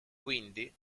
quindi